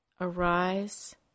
arise